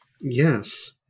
Yes